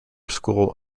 school